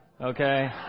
Okay